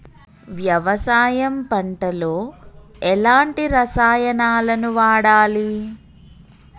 వ్యవసాయం పంట లో ఎలాంటి రసాయనాలను వాడాలి?